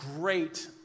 great